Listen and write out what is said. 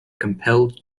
compelled